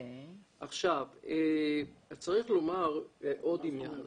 עכשיו, צריך לומר עוד עניין